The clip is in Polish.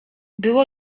było